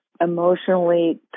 emotionally